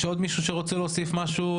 יש מישהו שרוצה להוסיף משהו?